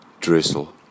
drizzle